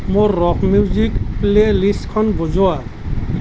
মোৰ rock music প্লে'লিষ্টখন বজোৱা